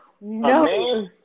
No